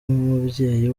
nk’umubyeyi